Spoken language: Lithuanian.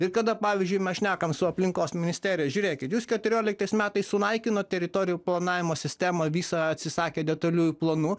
ir kada pavyzdžiui šnekam su aplinkos ministerija žiūrėkit jus keturioliktais metais sunaikinot teritorijų planavimo sistemą visą atsisakėt detaliųjų planų